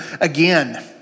again